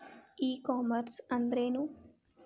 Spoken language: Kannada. ಇ ಕಾಮರ್ಸ್ ಅಂದ್ರೇನು?